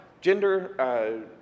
gender